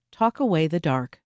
talkawaythedark